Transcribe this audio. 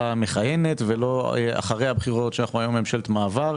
מכהנת ולא כשאנחנו היום בממשלת מעבר,